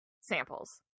samples